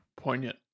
Poignant